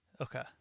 Okay